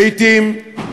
לעתים,